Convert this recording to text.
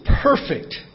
perfect